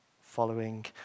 following